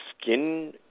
skin